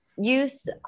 Use